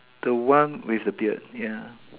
the one with the beard ya